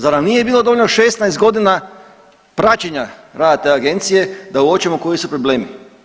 Zar nam nije bilo dovoljno 16 godina praćenja rada te agencije da uočimo koji su problemi?